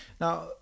Now